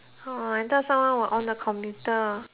oh I thought someone will on the computer